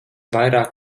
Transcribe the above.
vairāk